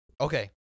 Okay